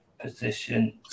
position